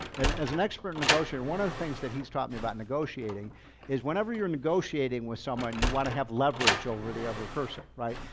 and as an expert negotiator, one of the things that he's taught me about negotiating is whenever you're negotiating with someone, you want to have leverage over the other person, right?